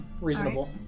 reasonable